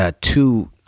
two